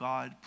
God